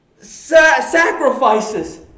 Sacrifices